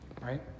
right